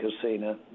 casino